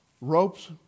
ropes